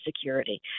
security